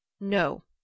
No